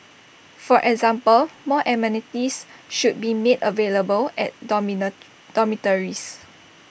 for example more amenities should be made available at dormitories